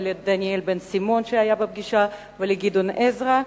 לדניאל בן-סימון ולגדעון עזרא.